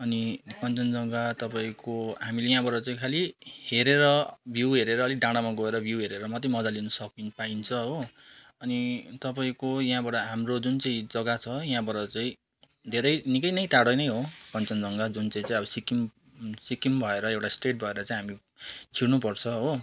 अनि कञ्चनजङ्गा तपाईँको हामीले यहाँबाट चाहिँ खालि हेरेर भ्यु हेरेर अलिक डाँडामा गएर भ्यु हेरेर मात्रै मजा लिन सकिन्छ पाइन्छ हो अनि तपाईँको यहाँबाट हाम्रो जुन चाहिँ जग्गा छ यहाँबाट चाहिँ धेरै निकै नै टाढो नै हो कञ्चनजङ्गा जुन चाहिँ चाहिँ अब सिक्किम सिक्किम भएर एउटा स्टेट भएर चाहिँ हामी छिर्नुपर्छ हो